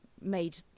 made